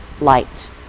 light